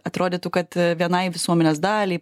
atrodytų kad vienai visuomenės daliai